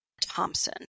Thompson